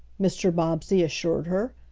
mr. bobbsey assured her.